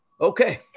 okay